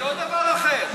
זה לא דבר אחר.